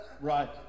Right